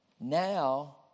Now